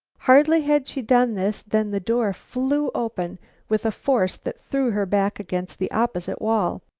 hardly had she done this than the door flew open with a force that threw her back against the opposite wall.